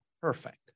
Perfect